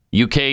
UK